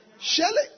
Shelly